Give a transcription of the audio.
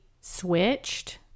switched